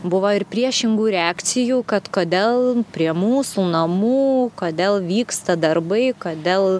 buvo ir priešingų reakcijų kad kodėl prie mūsų namų kodėl vyksta darbai kodėl